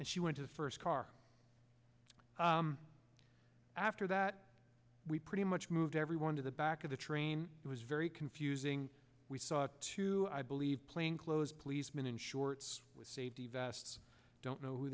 and she went to the first car after that we pretty much moved everyone to the back of the train it was very confusing we saw too i believe plainclothes policemen in shorts with safety vests i don't know who